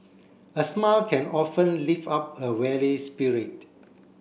a smile can often lift up a weary spirit